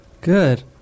Good